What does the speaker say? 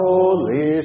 Holy